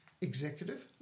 executive